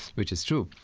which is true.